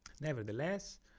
nevertheless